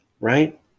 Right